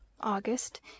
August